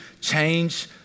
Change